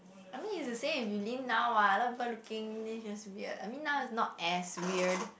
I mean is the same you lean now what a lot of people looking then is just weird I mean now is not as weird